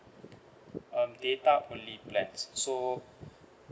um data only plan so